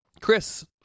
Chris